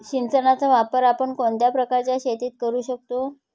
सिंचनाचा वापर आपण कोणत्या प्रकारच्या शेतीत करू शकतो?